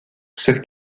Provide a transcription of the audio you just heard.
cette